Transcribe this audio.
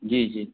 जी जी